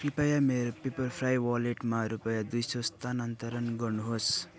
कृपया मेरो पेपरफ्राई वालेटमा रूपयाँ दुई सय स्थानान्तरण गर्नुहोस्